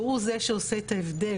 שהוא זה שעושה את ההבדל.